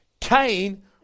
Cain